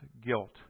guilt